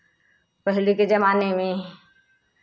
पहले के ज़माने में